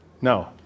No